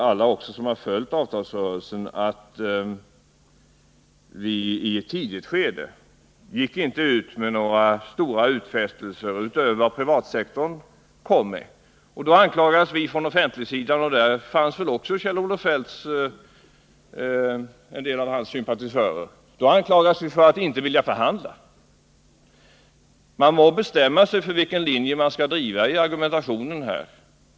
Alla som har följt avtalsrörelsen vet också att vi i dess tidigare skede inte gick ut med några stora utfästelser utöver vad privatsektorn kom med. Då anklagades vi från våra motparter på den offentliga sidan — och där fanns väl också en del av Kjell-Olof Feldts sympatisörer — för att inte vilja förhandla. Man må bestämma sig för vilken linje man skall driva i argumentationen här!